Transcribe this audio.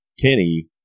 Kenny